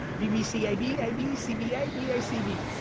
b, b, c, a, b, a, b, c, b, a, b, a, c, b,